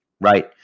Right